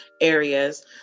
areas